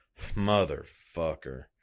Motherfucker